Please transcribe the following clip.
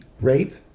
rape